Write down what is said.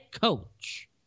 coach